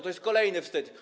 To jest kolejny wstyd.